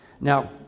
Now